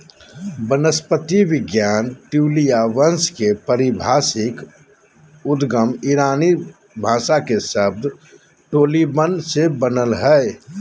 वनस्पति विज्ञान ट्यूलिया वंश के पारिभाषिक उद्गम ईरानी भाषा के शब्द टोलीबन से बनल हई